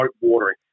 watering